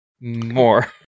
more